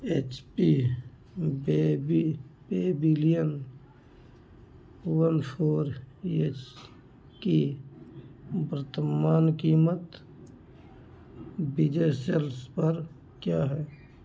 H P baby Pavilion one four की वर्तमान कीमत विजय सेल्स पर क्या है